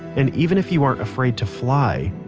and even if you aren't afraid to fly,